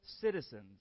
citizens